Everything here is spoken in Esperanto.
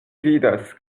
vidas